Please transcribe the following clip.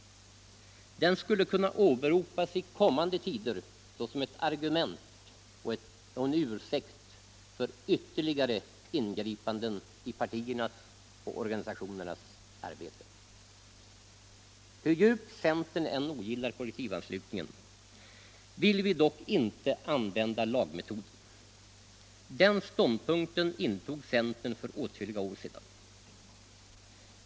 Och den bestämmelsen skulle i kommande tider kunna åberopas som ett argument och en ursäkt för ytterligare ingripanden i partiernas och organisationernas arbete. Hur djupt centern än ogillar kollektivanslutningen vill vi dock inte använda lagmetoden. Denna ståndpunkt intog centern redan för åtskilliga år sedan.